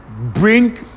bring